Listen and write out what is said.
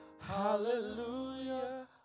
Hallelujah